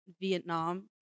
Vietnam